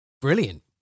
Brilliant